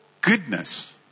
goodness